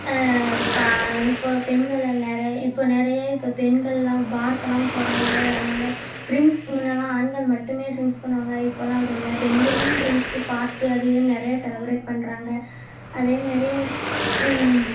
கா இப்போது பெண்களால் நிறைய இப்போது நிறைய இப்போது பெண்கள்லாம் பார்க்கெல்லாம் போகிறாங்க வராங்க ட்ரிங்க்ஸ் முன்னெலாம் ஆண்கள் மட்டுமே ட்ரிங்க்ஸ் பண்ணுவாங்க இப்போதெல்லாம் அப்படி இல்லை பெண்களும் ட்ரிங்க்ஸு பார்ட்டி அது இதுன்னு நிறையா செலப்ரேட் பண்ணுறாங்க அதேமாரி